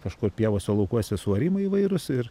kažkur pievose laukuose suarimai įvairūs ir